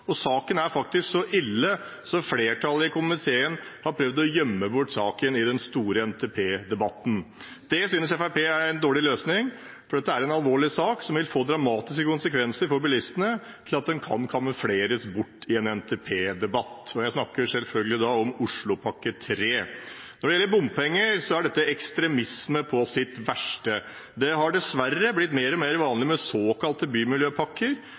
sak, saken er så ille at flertallet i komiteen har prøvd å gjemme den bort i den store NTP-debatten, og det synes Fremskrittspartiet er en dårlig løsning. For dette er en for alvorlig sak – som vil få dramatiske konsekvenser for bilistene – til at den kan kamufleres bort i en NTP-debatt. Jeg snakker selvfølgelig om Oslopakke 3. Når det gjelder bompenger, er dette ekstremisme på sitt verste. Det har dessverre blitt mer og mer vanlig med såkalte bymiljøpakker.